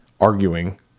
arguing